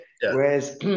whereas